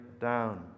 down